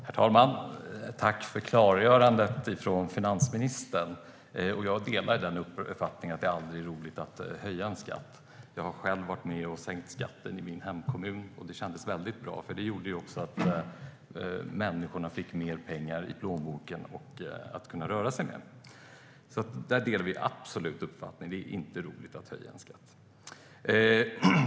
Herr talman! Tack för klargörandet, finansministern! Jag delar uppfattningen att det aldrig är roligt att höja en skatt. Jag har själv varit med och sänkt skatten i min hemkommun, och det kändes väldigt bra, för det gjorde också att människorna fick mer pengar i plånboken att röra sig med.